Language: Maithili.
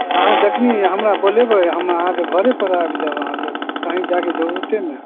अहाँ जखनी हमरा बोलेबै हम अहाँकेँ घरे पर आबि जायब अहाँकेँ कहीँ जायके जरूरते नहि